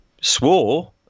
swore